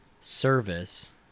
service